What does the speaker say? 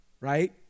Right